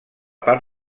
part